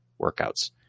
workouts